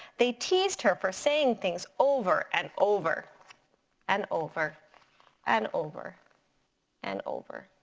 they teased her for saying things over and over and over and over and over.